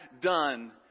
done